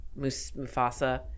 Mufasa